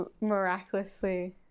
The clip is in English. miraculously